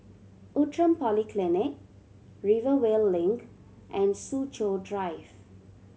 Outram Polyclinic Rivervale Link and Soo Chow Drive